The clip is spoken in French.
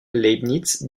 leibniz